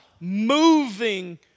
moving